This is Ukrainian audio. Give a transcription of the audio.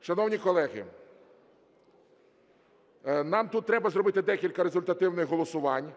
Шановні колеги, нам тут треба зробити декілька результативних голосувань,